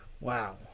Wow